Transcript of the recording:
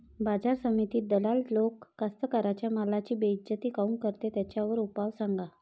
बाजार समितीत दलाल लोक कास्ताकाराच्या मालाची बेइज्जती काऊन करते? त्याच्यावर उपाव सांगा